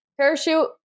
parachute